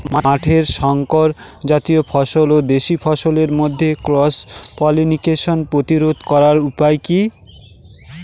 মাঠের শংকর জাতীয় ফসল ও দেশি ফসলের মধ্যে ক্রস পলিনেশন প্রতিরোধ করার উপায় কি?